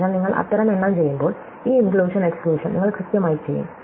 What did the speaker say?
അതിനാൽ നിങ്ങൾ അത്തരം എണ്ണം ചെയ്യുമ്പോൾ ഈ ഇന്ക്ലൂഷൻ എക്സ്ക്ലൂഷൻ നിങ്ങൾ കൃത്യമായി ചെയ്യും